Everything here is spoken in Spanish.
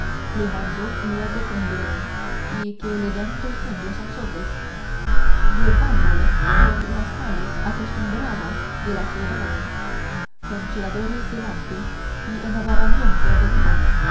le mandó luego prender y que le den docientos azotes llevándole por las calles acostumbradas de la ciudad con chilladores delante y envaramiento detrás